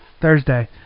Thursday